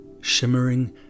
shimmering